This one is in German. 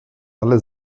alle